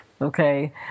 Okay